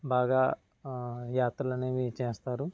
బాగా యాత్రలు అనేవి చేస్తారు